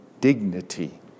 dignity